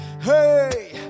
hey